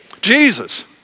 Jesus